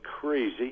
crazy